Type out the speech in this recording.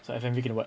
so F_M_V can [what]